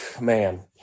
man